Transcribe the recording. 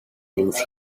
things